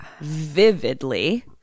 vividly